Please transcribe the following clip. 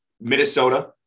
Minnesota